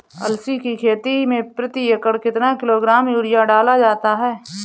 अलसी की खेती में प्रति एकड़ कितना किलोग्राम यूरिया डाला जाता है?